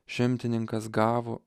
šimtininkas gavo